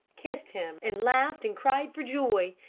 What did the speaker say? kissed him and laughed and cried for joy.